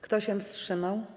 Kto się wstrzymał?